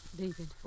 David